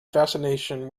fascination